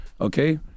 okay